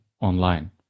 online